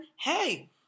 Hey